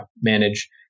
manage